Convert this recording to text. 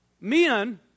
men